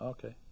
Okay